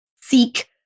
seek